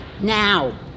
now